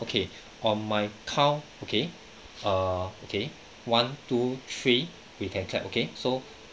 okay on my count okay err okay one two three we can clap okay so